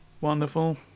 Wonderful